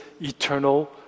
eternal